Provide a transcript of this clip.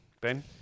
Ben